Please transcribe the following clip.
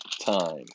time